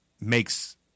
makes